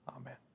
amen